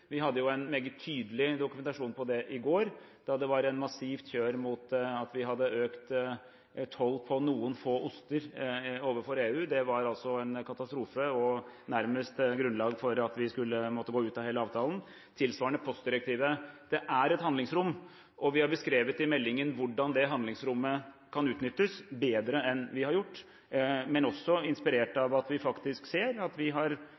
Vi hadde jo en meget tydelig dokumentasjon på det i går, da det var et massivt kjør mot at vi hadde økt toll på noen få oster fra EU. Det var altså en katastrofe og nærmest grunnlag for at vi skulle måtte gå ut av hele avtalen – tilsvarende for postdirektivet. Det er et handlingsrom, og vi har beskrevet i meldingen hvordan det handlingsrommet kan utnyttes bedre enn man har gjort, men også inspirert av at vi faktisk ser at vi har